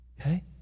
Okay